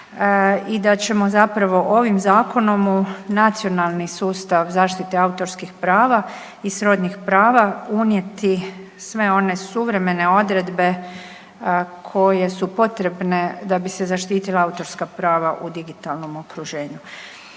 i da ćemo zapravo ovim Zakonom u nacionalni sustav zaštite autorskih prava i srodnih prava unijeti sve one suvremene odredbe koje su potrebne da bi se zaštitila autorska prava u digitalnom okruženju.